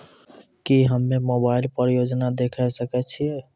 की हम्मे मोबाइल पर योजना देखय सकय छियै?